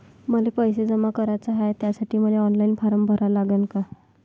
मले पैसे जमा कराच हाय, त्यासाठी मले ऑनलाईन फारम भरा लागन का?